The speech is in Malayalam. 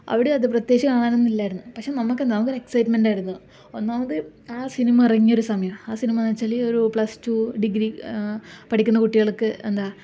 അവിടെ അത് പ്രത്യേകിച്ച് അങ്ങനെ ഒന്നും ഇല്ലാരുന്നു പക്ഷെ നമുക്ക് നമുക്കൊരു എക്സൈറ്റ്മെന്റ് ആയിരുന്നു ഒന്നാമത് ആ സിനിമ ഇറങ്ങിയ ഒരു സമയമാണ് ആ സിനിമാന്ന് വച്ചാല് ഒരു പ്ലസ് ടു ഡിഗ്രി പഠിക്കുന്ന കുട്ടികള്ക്ക് എന്താ